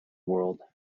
world